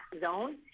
zone